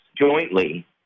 jointly